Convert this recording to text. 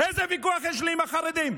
איזה ויכוח יש לי עם החרדים?